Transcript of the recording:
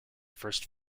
first